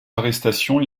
arrestations